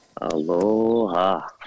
Aloha